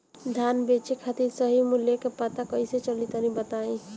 धान बेचे खातिर सही मूल्य का पता कैसे चली तनी बताई?